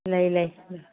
ꯂꯩ ꯂꯩ